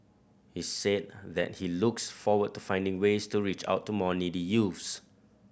he said that he looks forward to finding ways to reach out to more needy youths